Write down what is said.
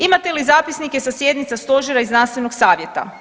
Imate li zapisnike sa sjednica stožera i znanstvenog savjeta?